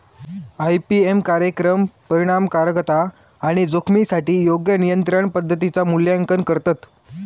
IPM कार्यक्रम परिणामकारकता आणि जोखमीसाठी योग्य नियंत्रण पद्धतींचा मूल्यांकन करतत